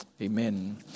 Amen